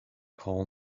call